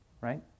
right